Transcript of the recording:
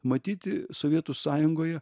matyti sovietų sąjungoje